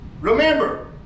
Remember